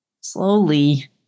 Slowly